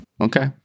Okay